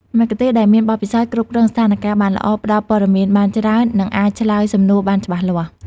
មគ្គុទ្ទេសក៍ដែលមានបទពិសោធន៍អាច គ្រប់គ្រងស្ថានការណ៍បានល្អ ផ្តល់ព័ត៌មានបានច្រើន និងអាចឆ្លើយសំណួរបានច្បាស់លាស់។